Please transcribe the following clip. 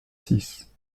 six